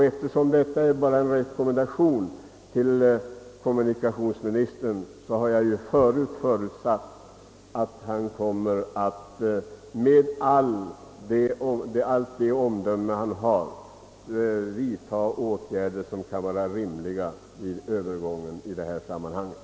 Eftersom det i dag endast är fråga om en rekommendation till kommunikationsministern vill jag framhålla att jag tidigare förutsatt att han med allt det omdöme han har kommer att vidta åtgärder som kan vara rimliga vid trafikomläggningen.